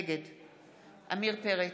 נגד עמיר פרץ,